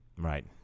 Right